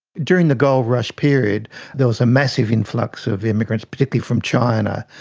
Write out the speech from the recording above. during the gold rush period there was a massive influx of immigrants, particularly from china.